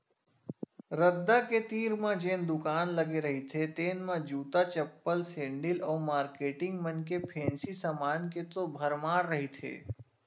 रद्दा के तीर म जेन दुकान लगे रहिथे तेन म जूता, चप्पल, सेंडिल अउ मारकेटिंग मन के फेंसी समान के तो भरमार रहिथे